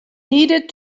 needed